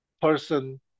person